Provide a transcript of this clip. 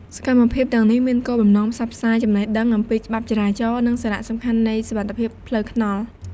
សកម្មភាពទាំងនេះមានគោលបំណងផ្សព្វផ្សាយចំណេះដឹងអំពីច្បាប់ចរាចរណ៍ និងសារៈសំខាន់នៃសុវត្ថិភាពផ្លូវថ្នល់។